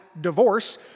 divorce